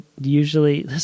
usually